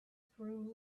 through